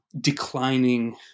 declining